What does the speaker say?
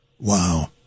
Wow